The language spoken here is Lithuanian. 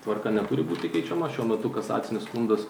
tvarka neturi būti keičiama šiuo metu kasacinius skundas